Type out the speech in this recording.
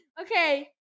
Okay